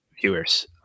Viewers